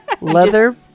Leather